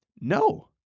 No